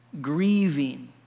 grieving